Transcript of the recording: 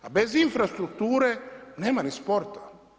A bez infrastrukture nema ni sporta.